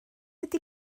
ydy